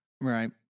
Right